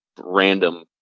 random